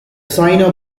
sino